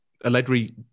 Allegri